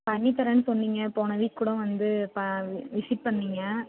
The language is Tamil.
பண்ணித்தரேன்னு சொன்னிங்க போன வீக் கூட வந்து ப விசிட் பண்ணீங்க